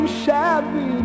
shabby